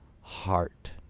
heart